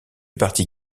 parti